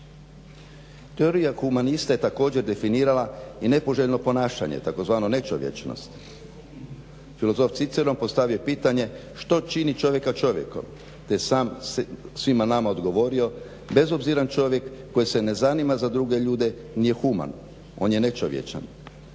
Teorija humanista je također definirala i nepoželjno ponašanje takozvano nečovječnost. Filozof Ciceron postavio je pitanje što čini čovjeka čovjekom, te je sam svima nama odgovorio: "Bezobziran čovjek koji se ne zanima za druge ljude nije human, on je nečovječan.".